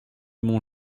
mont